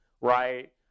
right